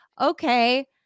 okay